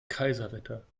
kaiserwetter